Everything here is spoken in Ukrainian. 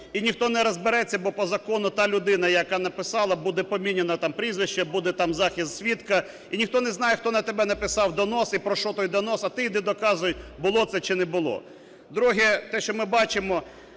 і ніхто не розбереться, бо по закону та людина, яка написала, буде поміняно там прізвище, буде там захист свідка, і ніхто не знає, хто написав на тебе донос і про що той донос. А ти йди і доказуй було це чи не було. Друге. Те, що ми бачимо,